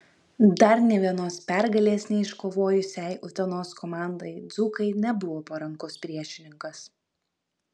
dar nė vienos pergalės neiškovojusiai utenos komandai dzūkai nebuvo parankus priešininkas